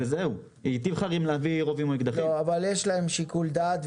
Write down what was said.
יש להם שיקול דעת,